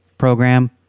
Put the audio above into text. program